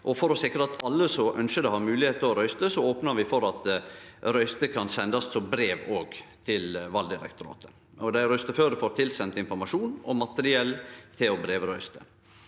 For å sikre at alle som ønskjer det, har moglegheit til å røyste, opnar vi for at røyster òg kan sendast som brev til Valdirektoratet. Dei røysteføre får tilsendt informasjon og materiell til å brevrøyste.